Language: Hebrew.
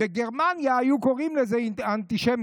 בגרמניה היו קוראים לזה אנטישמיות.